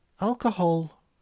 Alcohol